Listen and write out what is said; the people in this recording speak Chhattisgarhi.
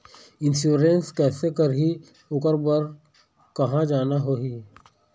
इंश्योरेंस कैसे करही, ओकर बर कहा जाना होही?